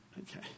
okay